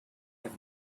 have